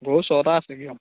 গৰু ছটা আছেগৈ আৰু